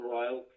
Royal